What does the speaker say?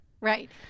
Right